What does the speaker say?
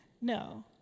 No